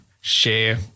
share